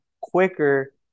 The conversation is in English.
quicker